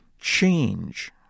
change